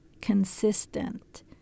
consistent